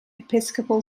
episcopal